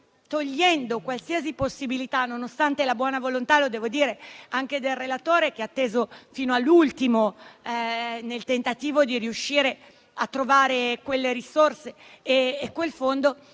togliendo qualsiasi possibilità, nonostante la buona volontà - devo dire - anche del relatore, che ha atteso fino all'ultimo nel tentativo di riuscire a trovare quelle risorse e quel fondo,